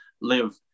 live